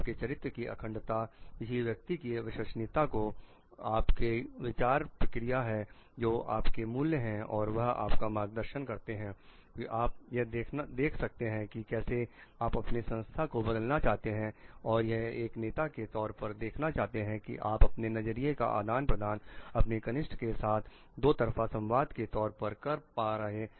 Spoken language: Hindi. आपके चरित्र की अखंडता किसी व्यक्ति की विश्वसनीयता जो आपके विचार प्रक्रिया है जो आपके मूल्य हैं और वह आपका मार्गदर्शन करते हैं कि आप यह देख सके कि कैसे आप अपने संस्था को बदलना चाहते हैं और यह एक नेता के तौर पर देखना चाहते हैं कि आप अपने नजरिए का आदान प्रदान अपने कनिष्ठ के साथ दो तरफा संवाद के तौर पर कर रहे हैं